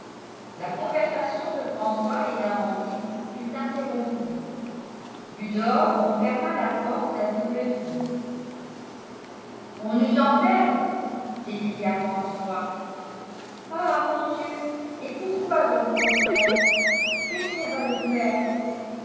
la conversation de françois et d'amandine